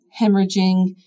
hemorrhaging